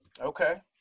Okay